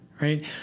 right